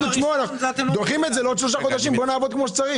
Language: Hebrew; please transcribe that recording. למה לא לדחות את זה בעוד שלושה חודשים ולעשות את זה כמו שצריך?